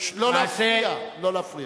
לא להפריע, לא להפריע.